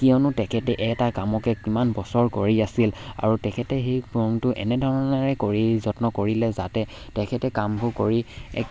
কিয়নো তেখেতে এটা কামকে কিমান বছৰ কৰি আছিল আৰু তেখেতে সেই এনেধৰণেৰে কৰি যত্ন কৰিলে যাতে তেখেতে কামবোৰ কৰি এক